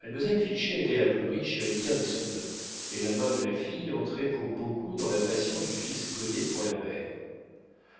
mademoiselle fichet était la plus riche héritière d'issoudun et la main de la fille entrait pour beaucoup dans la passion du fils goddet pour la mère